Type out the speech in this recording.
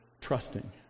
trusting